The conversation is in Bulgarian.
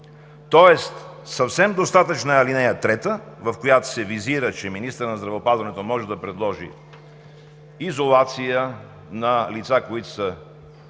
Тоест съвсем достатъчна е ал. 3, в която се визира, че министърът на здравеопазването може да предложи изолация на лица, които са с